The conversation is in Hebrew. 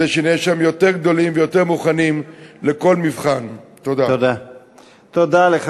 כדי שנהיה שם יותר גדולים ויותר מוכנים לכל מבחן.